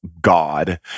God